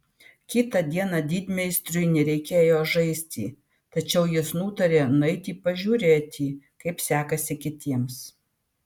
kitą dieną didmeistriui nereikėjo žaisti tačiau jis nutarė nueiti pažiūrėti kaip sekasi kitiems